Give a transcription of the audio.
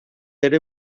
ere